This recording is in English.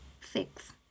six